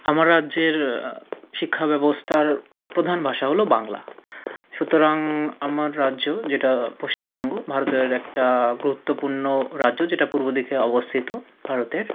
আমার রাজ্যের শিক্ষা ব্যবস্থার প্রধান ভাষা হলো বাংলা সুতরাং আমার রাজ্য যেটা পশ্চিমবঙ্গ ভারতের একটা গুরুত্বপূর্ণ রাজ্য যেটা পূর্ব দিকে অবস্থিত ভারতের